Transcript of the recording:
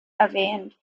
erwähnt